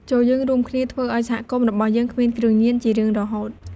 ចូរយើងរួមគ្នាធ្វើឱ្យសហគមន៍របស់យើងគ្មានគ្រឿងញៀន ជារៀងរហូត។